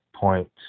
point